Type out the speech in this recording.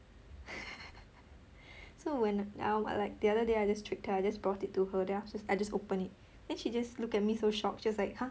so when now like the other day I just tricked her I just brought it to her then I just open it then she just look at me so shocked just like !huh!